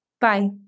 Bye